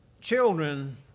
Children